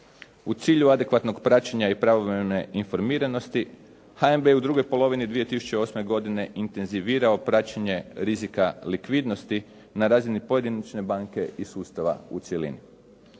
U cilju adekvatnog praćenja i pravovremene informiranosti HNB je u drugoj polovini 2008. godine intenzivirao praćenje rizika likvidnosti na razini pojedinačne banke i sustava u cjelini.